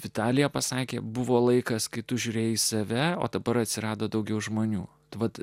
vitalija pasakė buvo laikas kai tu žiūrėjai į save o dabar atsirado daugiau žmonių tad